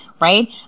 right